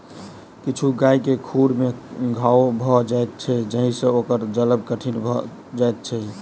किछु गाय के खुर मे घाओ भ जाइत छै जाहि सँ ओकर चलब कठिन भ जाइत छै